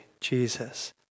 Jesus